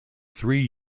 three